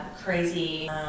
crazy